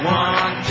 one